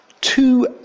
two